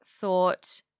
thought